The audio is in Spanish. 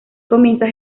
comienza